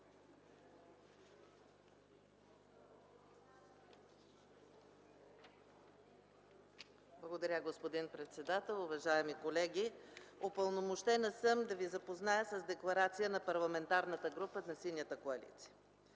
Благодаря, господин председател. Уважаеми колеги! Упълномощена съм да Ви запозная с Декларация на Парламентарната група на Синята коалиция.